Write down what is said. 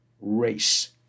race